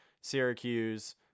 Syracuse